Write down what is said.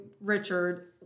Richard